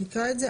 נקרא את זה.